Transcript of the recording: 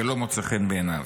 זה לא מוצא חן בעיניו.